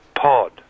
pod